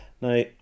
Now